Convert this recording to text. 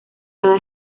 cada